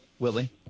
Willie